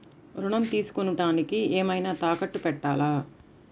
ఋణం తీసుకొనుటానికి ఏమైనా తాకట్టు పెట్టాలా?